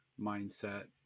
mindset